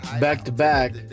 back-to-back